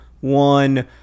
one